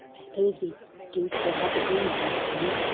i suppose we do still have the greenhouse scene.